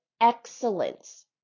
excellence